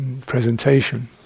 presentation